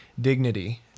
dignity